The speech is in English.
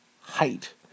height